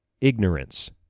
Ignorance